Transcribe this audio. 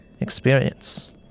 experience